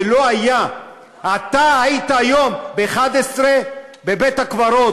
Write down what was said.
אתה היית היום ב-11:00 בבית-הקברות.